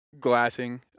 glassing